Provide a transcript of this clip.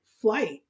flight